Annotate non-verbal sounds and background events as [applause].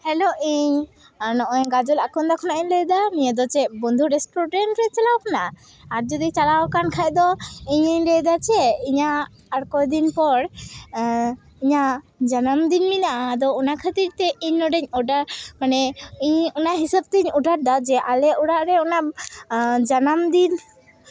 hello ᱤᱧ ᱱᱚᱸᱜᱼᱚᱭ ᱜᱟᱡᱚᱞ ᱟᱠᱚᱱᱫᱟ ᱠᱷᱚᱱᱟᱜ ᱤᱧ ᱞᱟᱹᱭᱫᱟ ᱱᱤᱭᱟᱹ ᱫᱚ ᱪᱮᱫ [unintelligible] ᱨᱮᱥᱴᱩᱨᱮᱱᱴ ᱨᱮ ᱪᱟᱞᱟᱣ ᱠᱟᱱᱟ ᱟᱨ ᱡᱩᱫᱤ ᱪᱟᱞᱟᱣ ᱠᱟᱱ ᱠᱷᱟᱡ ᱫᱚ ᱤᱧᱤᱧ ᱞᱟᱹᱭᱫᱟ ᱪᱮᱫ ᱤᱧᱟᱹᱜ ᱟᱨ ᱠᱚᱫᱤᱱ ᱯᱚᱨ ᱤᱧᱟᱹᱜ ᱡᱟᱱᱟᱢ ᱫᱤᱱ ᱢᱮᱱᱟᱜᱼᱟ ᱟᱫᱚ ᱚᱱᱟ ᱠᱷᱟᱹᱛᱤᱨ ᱛᱮ ᱤᱧ ᱱᱚᱰᱮᱧ ᱚᱰᱟᱨ ᱢᱟᱱᱮ ᱤᱧ ᱚᱱᱟ ᱦᱤᱥᱟᱹᱵ ᱛᱤᱧ ᱚᱰᱟᱨᱫᱟ ᱡᱮ ᱟᱞᱮ ᱚᱲᱟᱜ ᱨᱮ ᱚᱱᱟ ᱡᱟᱱᱟᱢ ᱫᱤᱱ